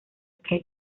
kay